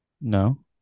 No